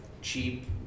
cheap